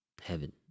heaven